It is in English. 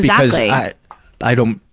because i, i don't,